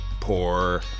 poor